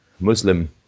Muslim